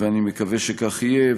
ואני מקווה שכך יהיה.